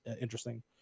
interesting